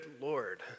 Lord